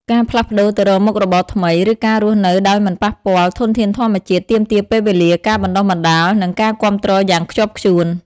ការផ្លាស់ប្តូរទៅរកមុខរបរថ្មី ឬការរស់នៅដោយមិនប៉ះពាល់ធនធានធម្មជាតិ ទាមទារពេលវេលា ការបណ្តុះបណ្តាល និងការគាំទ្រយ៉ាងខ្ជាប់ខ្ជួន។